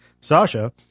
Sasha